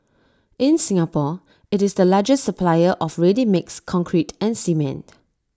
in Singapore IT is the largest supplier of ready mixed concrete and cement